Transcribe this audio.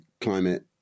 climate